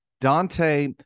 Dante